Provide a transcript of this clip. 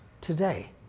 today